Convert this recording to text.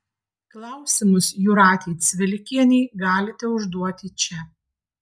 klausimus jūratei cvilikienei galite užduoti čia